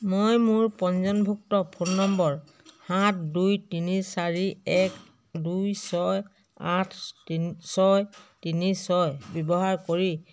মই মোৰ পঞ্জীয়নভুক্ত ফোন নম্বৰ সাত দুই তিনি চাৰি এক দুই ছয় আঠ ছয় তিনি ছয় ব্যৱহাৰ কৰি